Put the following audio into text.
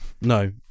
no